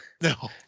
no